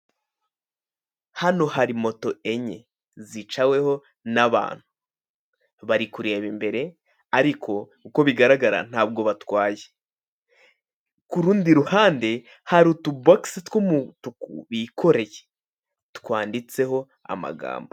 Hano hari moto enye zicaweho n'abantu. Bari kureba imbere ariko uko bigaragara ntabwo batwaye, ku rundi ruhande hari utubogisi tw'umutuku bikoreye twanditseho amagambo.